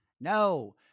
No